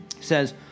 says